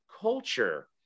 culture